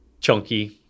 chunky